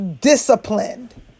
disciplined